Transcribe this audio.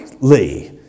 Lee